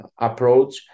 approach